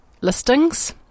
listings